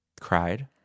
Cried